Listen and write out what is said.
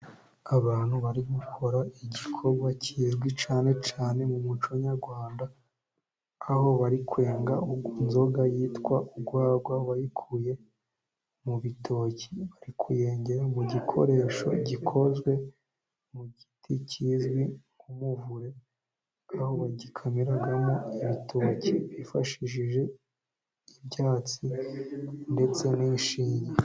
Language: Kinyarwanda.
Abantu barimo gukora igikorwa kizwi cyane cyane mu muco nyarwanda, aho bari kwenga inzoga yitwa urwagwa bayikuye mu bitoki. Bari kuyengera mu gikoresho gikozwe mu giti kizwi nk'umuvure, aho bagikamiramo ibitoki bifashishije ibyatsi ndetse n'ishinge.